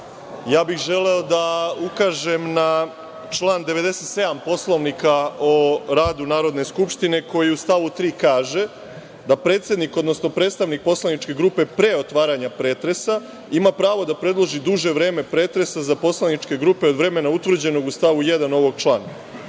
bih želeo da ukažem na član 97. Poslovnika o radu Narodne skupštine koji u stavu 3. kaže da predsednik, odnosno predstavnik poslaničke grupe pre otvaranja pretresa ima pravo da predloži duže vreme pretresa za poslaničke grupe od vremena utvrđenog u stavu 1. ovog člana.